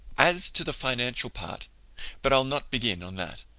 as to the financial part but i'll not begin on that.